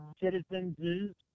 citizens